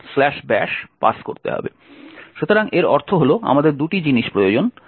সুতরাং এর অর্থ হল আমাদের দুটি জিনিস প্রয়োজন